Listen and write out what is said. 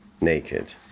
naked